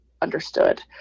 understood